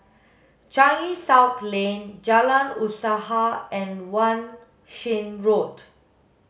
Changi South Lane Jalan Usaha and Wan Shih Road